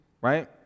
right